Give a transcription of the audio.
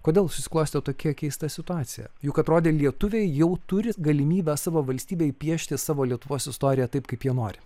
kodėl susiklostė tokia keista situacija juk atrodė lietuviai jau turi galimybę savo valstybėj piešti savo lietuvos istoriją taip kaip jie nori